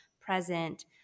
present